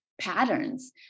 patterns